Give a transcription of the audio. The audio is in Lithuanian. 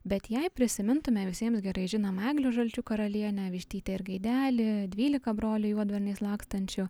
bet jei prisimintume visiems gerai žinomą eglių žalčių karalienę vištytę ir gaidelį dvylika brolių juodvarniais lakstančių